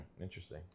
Interesting